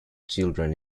children